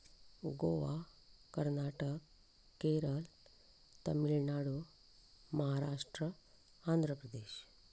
Goa Karnataka Kerala Tamil Nadu Maharashtra Andhra Pradesh